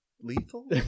lethal